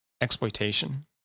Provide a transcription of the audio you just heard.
exploitation